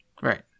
Right